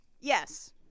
Yes